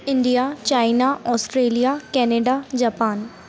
India China Australia Canada Japan